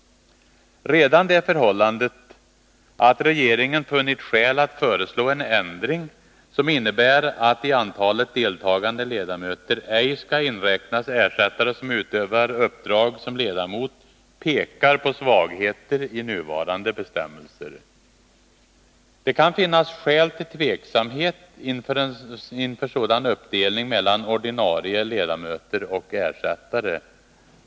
Redan det förhållandet att regeringen funnit skäl att föreslå en ändring som innebär att i antalet deltagande ledamöter ej skall inräknas ersättare som utövar uppdrag som ledamot pekar på svagheter i nuvarande bestämmelser. Det kan finnas skäl till tveksamhet inför sådan uppdelning mellan ordinarie ledamöter och ersättare.